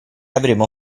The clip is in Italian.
avremo